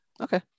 Okay